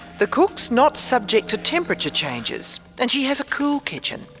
the cook is not subject to temperature changes, and she has a cool kitchen,